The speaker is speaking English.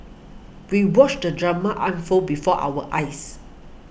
we watched the drama unfold before our eyes